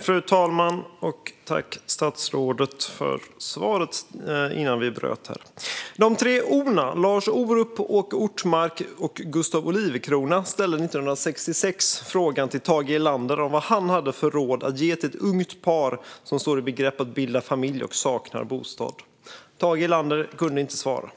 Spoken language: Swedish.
Fru talman! Tack, statsrådet, för svaret jag fick före uppehållet! De tre O:na - Lars Orup, Åke Ortmark och Gustaf Olivecrona - frågade 1966 Tage Erlander vilka råd han hade att ge ett ungt par som stod i begrepp att bilda familj och saknade bostad. Tage Erlander kunde inte svara.